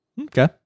Okay